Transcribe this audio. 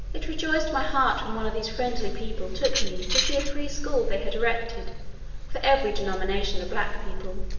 it rejoiced my heart when one of these friendly people took me to see a free-school they had erected for every denomination of black people,